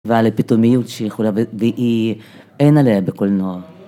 ועל הפתאומיות שהיא יכולה, והיא, אין עליה בקולנוע